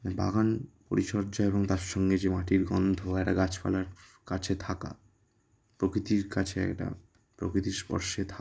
বাগান পরিচর্যা এবং তার সঙ্গে যে মাটির গন্ধ একটা গাছপালার কাছে থাকা প্রকৃতির কাছে একটা প্রকৃতির স্পর্শে থাকা